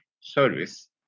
service